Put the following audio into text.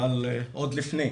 אבל עוד לפני,